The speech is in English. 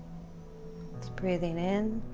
its breathing in